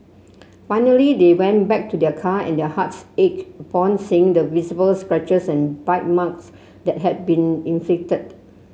finally they went back to their car and their hearts ached upon seeing the visible scratches and bite marks that had been inflicted